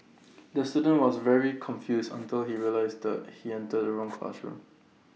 the student was very confused until he realised he entered the wrong classroom